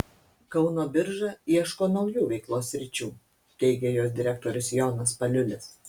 kauno birža ieško naujų veiklos sričių teigė jos direktorius jonas paliulis